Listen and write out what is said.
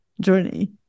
journey